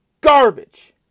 garbage